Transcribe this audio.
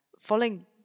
following